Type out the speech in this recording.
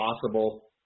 possible